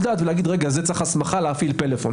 דעת וצריך לומר: זה צריך הסמכה להפעיל נייד.